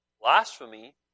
Blasphemy